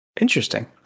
interesting